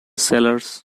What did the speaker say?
sellers